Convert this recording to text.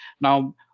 Now